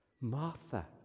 Martha